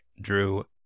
Drew